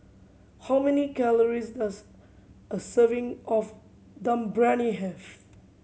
how many calories does a serving of Dum Briyani have